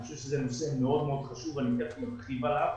אני חושב שזה נושא מאוד מאוד חשוב ואני ארחיב עליו.